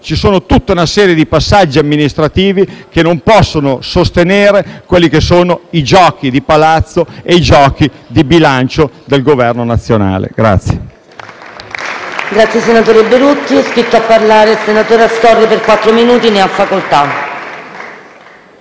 e c'è tutta una serie di passaggi amministrativi che non possono sostenere i giochi di palazzo e i giochi di bilancio del Governo nazionale.